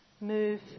move